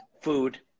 food